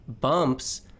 bumps